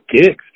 gigs